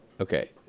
Okay